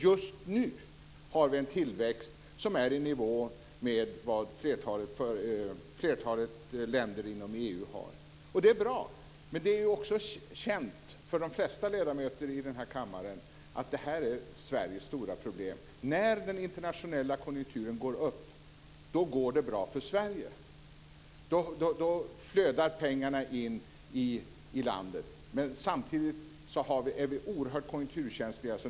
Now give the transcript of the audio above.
Just nu har vi en tillväxt som är i nivå med vad flertalet länder inom EU har. Och det är bra. Men det är också känt för de flesta ledamöter i den här kammaren att det här är Sveriges stora problem. När den internationella konjunkturen går upp går det bra för Sverige. Då flödar pengarna in i landet. Men samtidigt är vi oerhört konjunkturkänsliga.